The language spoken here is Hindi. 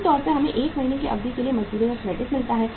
आम तौर पर हमें 1 महीने की अवधि के लिए मजदूरी का क्रेडिट मिलता है